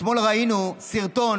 אתמול ראינו סרטון